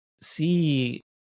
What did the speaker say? see